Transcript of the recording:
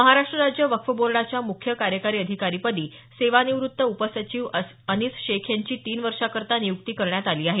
महाराष्ट्र राज्य वक्फ बोर्डाच्या मुख्य कार्यकारी अधिकारीपदी सेवानिवृत्त उपसचिव अनिस शेख यांची तीन वर्षाकरता नियुक्ती करण्यात आली आहे